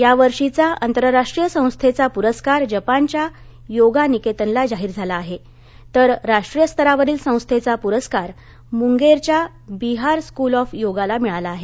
यावर्षींचा आंतरराष्ट्रीय संस्थेचा पुरस्कार जपानच्या योगा निकेतनला जाहीर झाला आहे तर राष्ट्रीय स्तरावरील संस्थेचा पुरस्कार मुंगेरच्या बिहार स्कूल ऑफ योगाला मिळाला आहे